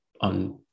on